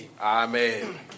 Amen